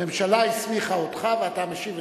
הממשלה הסמיכה אותך ואתה המשיב.